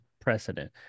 precedent